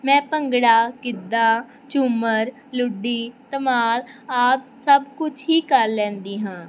ਮੈਂ ਭੰਗੜਾ ਗਿੱਦਾ ਝੁੰਮਰ ਲੁੱਡੀ ਧਮਾਲ ਆਪ ਸਭ ਕੁਛ ਹੀ ਕਰ ਲੈਂਦੀ ਹਾਂ